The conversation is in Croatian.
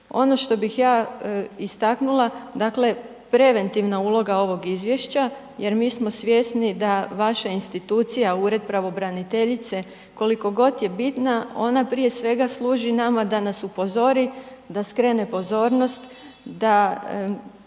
Ono što bih ja istaknula, dakle, preventivna uloga ovog izvješća jer mi smo svjesni da vaša institucija, Ured pravobraniteljice koliko god je bitna, ona prije svega služi nama da nas upozori, da skrene pozornost, da